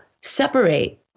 separate